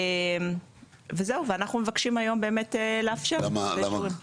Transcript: אנחנו מבקשים היום לאפשר זאת.